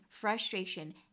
frustration